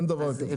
אין דבר הזה.